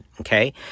Okay